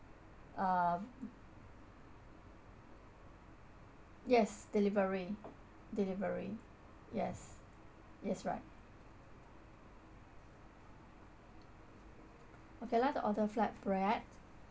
uh yes delivery delivery yes yes right okay I'd like to order flatbread